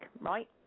right